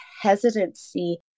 hesitancy